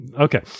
Okay